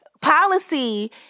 Policy